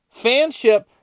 Fanship